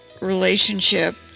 relationship